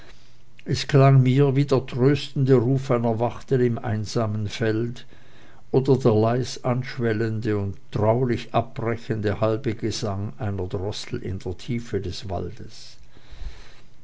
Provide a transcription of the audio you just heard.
es klang mir wie der tröstende ruf einer wachtel im einsamen feld oder der leis an schwellende und traulich abbrechende halbe gesang einer drossel in der tiefe des waldes